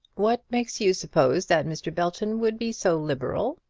what makes you suppose that mr. belton would be so liberal?